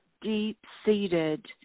deep-seated